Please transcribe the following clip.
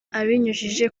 abinyujije